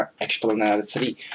explanatory